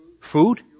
food